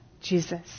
Jesus